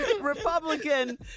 Republican